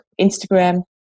Instagram